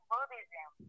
Buddhism